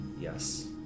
Yes